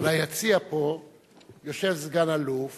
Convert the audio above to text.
ביציע פה יושב סגן-אלוף